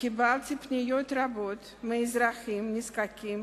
קיבלתי פניות רבות מאזרחים נזקקים